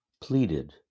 pleaded